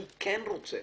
אני כן רוצה